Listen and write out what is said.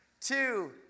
Two